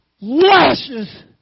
lashes